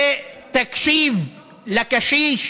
ותקשיב לקשיש